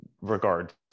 regard